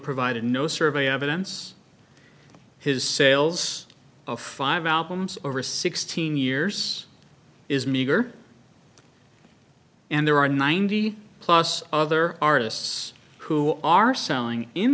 provided no survey evidence his sales of five albums over sixteen years is meager and there are ninety plus other artists who are selling in